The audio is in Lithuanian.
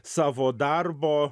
savo darbo